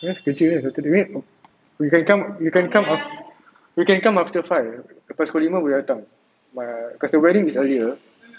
kerja dia you can come you can come up you can come after five lepas pukul lima boleh datang cause the wedding is earlier